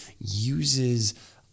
uses